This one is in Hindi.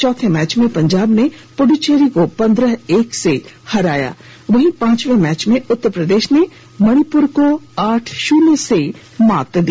चौथे मैच में पंजाब ने पुड्डुचेरी को पंद्रह एक से पराजित किया वहीं पांचवे मैच में उत्तर प्रदेश ने मणिपुर को आठ शून्य से हराया